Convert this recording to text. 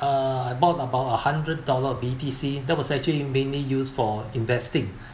uh I bought about a hundred dollar B_T_C that was actually mainly use for investing